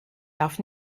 darf